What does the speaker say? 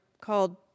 called